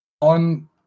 on